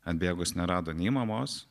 atbėgus nerado nei mamos